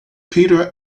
peter